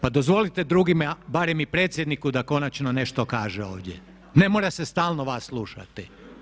Pa dozvolite drugima, barem i predsjedniku, da konačno nešto kaže ovdje, ne mora se stalno vas slušati.